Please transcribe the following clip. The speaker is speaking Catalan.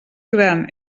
gran